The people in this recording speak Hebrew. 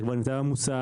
אתה כבר נמצא במוסך,